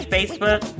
Facebook